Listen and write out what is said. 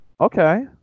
Okay